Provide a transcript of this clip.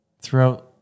throughout